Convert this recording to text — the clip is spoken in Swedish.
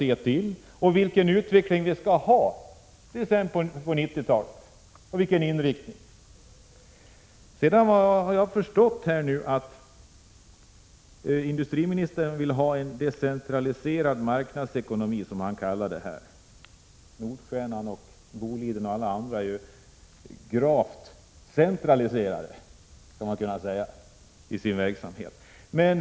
Det gäller vidare frågan hur utvecklingen bör vara och vilken inriktning stålverksamheten skall ha exempelvis på 90-talet. Jag förstår nu att industriministern vill ha en decentraliserad marknadsekonomi, som han uttrycker det. Nordstjernan, Boliden och alla andra är ju gravt centraliserade i sin verksamhet.